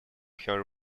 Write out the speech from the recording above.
her